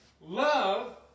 Love